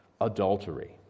adultery